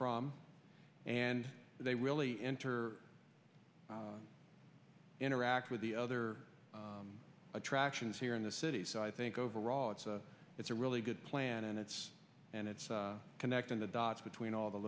from and they really enter interact with the other attractions here in the city so i think overall it's a it's a really good plan and it's and it's connecting the dots between all the